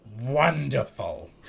Wonderful